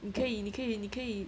你可以你可以你可以